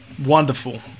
wonderful